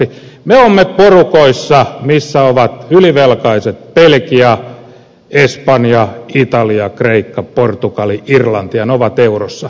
me olemme porukoissa joissa ovat ylivelkaiset belgia espanja italia kreikka portugali irlanti ja ne ovat eurossa